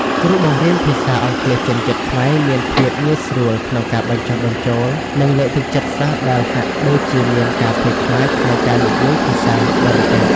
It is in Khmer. គ្រូបង្រៀនភាសាអង់គ្លេសជនជាតិខ្មែរមានភាពងាយស្រួលក្នុងការបញ្ចុះបញ្ចូល និងលើកទឹកចិត្តសិស្សដែលហាក់ដូចជាមានការភ័យខ្លាចក្នុងការនិយាយភាសាបរទេស។